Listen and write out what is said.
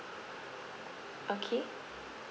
okay